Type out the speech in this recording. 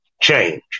change